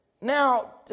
Now